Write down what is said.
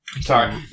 sorry